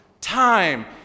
time